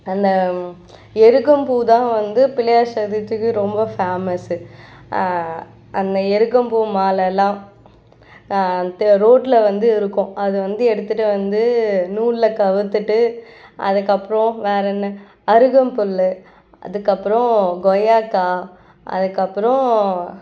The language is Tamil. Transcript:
அந்த எருக்கம்பூ தான் வந்து பிள்ளையார் சதூர்த்திக்கு ரொம்ப ஃபேமஸ்ஸு அந்த எருக்கம்பூ மாலைலாம் தெ ரோட்டில வந்து இருக்கும் அது வந்து எடுத்துகிட்டு வந்து நூல்ல கவித்துட்டு அதுக்கப்புறம் வேற என்ன அருகம்புல் அதுக்கப்புறம் கொய்யாக்காய் அதுக்கப்புறம்